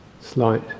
slight